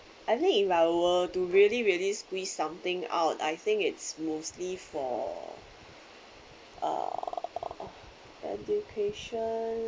I think if I were to really really squeeze something out I think it's mostly for uh education